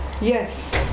yes